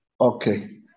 Okay